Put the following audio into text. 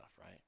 right